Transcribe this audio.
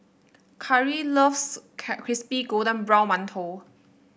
Cary loves Crispy Golden Brown Mantou